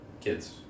kids